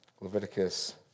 Leviticus